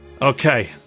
Okay